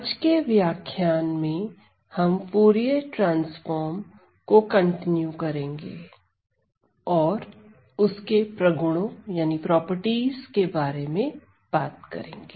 आज के व्याख्यान में हम फूरिये ट्रांसफॉर्म को कंटिन्यू करेंगे और उसके प्रगुणों के बारे में बात करेंगे